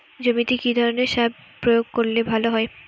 জমিতে কি ধরনের সার প্রয়োগ করলে ভালো হয়?